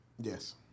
yes